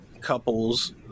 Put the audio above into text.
couples